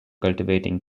cultivating